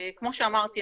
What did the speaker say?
כמו שאמרתי,